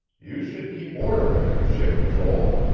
you should keep order on your ship, joel.